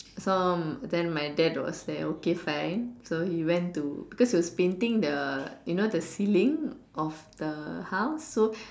so then my dad was like okay fine so he went to because he was painting the you know the ceiling of the house so